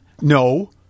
No